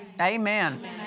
Amen